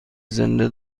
زنده